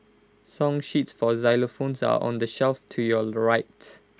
song sheets for xylophones are on the shelf to your right